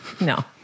No